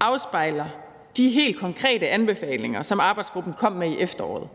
afspejler de helt konkrete anbefalinger, som arbejdsgruppen kom med i efteråret.